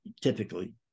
typically